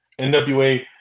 NWA